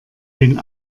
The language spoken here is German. den